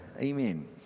Amen